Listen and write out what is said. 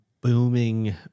booming